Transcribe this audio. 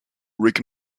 rick